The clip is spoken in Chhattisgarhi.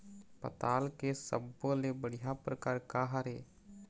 पताल के सब्बो ले बढ़िया परकार काहर ए?